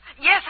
Yes